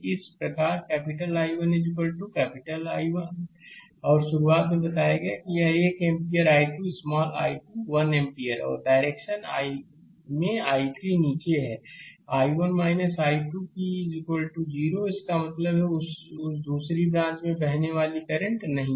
इस प्रकार capital I1 I1 और शुरुआत में बताया कि यह 1 ampere I2 small I2 1 ampere है और डायरेक्शन में I3 नीचे है I1 I2 कि 0 इसका मतलब है उस दूसरी ब्रांच में कोई बहने वाली करंट नहीं है